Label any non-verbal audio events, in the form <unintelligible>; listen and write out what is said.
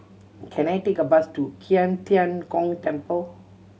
can I take a bus to <unintelligible> Tian Gong Temple